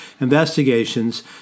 investigations